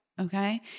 Okay